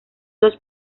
dos